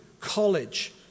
college